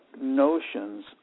notions